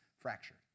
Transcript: fractured